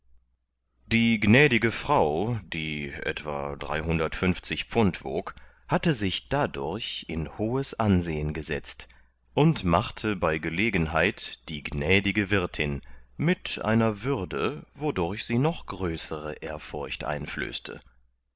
die gnädige frau die etwa pfund wog hatte sich dadurch in hohes ansehen gesetzt und machte bei gelegenheit die gnädige wirthin mit einer würde wodurch sie noch größere ehrfurcht einflößte